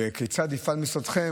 וכיצד יפעל משרדכם?